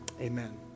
Amen